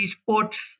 sports